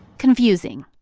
confusing.